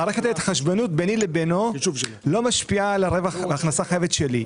מערכת ההתחשבנות ביני לבינו לא משפיעה על ההכנסה החייבת שלי.